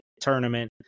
tournament